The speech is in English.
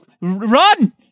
run